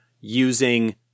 using